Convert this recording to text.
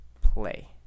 play